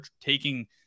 taking